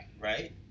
right